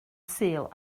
sul